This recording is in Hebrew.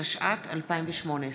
התשע"ט 2018. תודה.